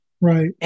Right